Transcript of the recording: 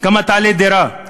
כמה תעלה דירה?